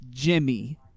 Jimmy